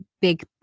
big